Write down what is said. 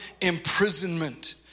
imprisonment